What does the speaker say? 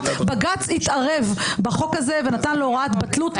בג"ץ התערב בחוק הזה, ונתן לו הוראת בטלות.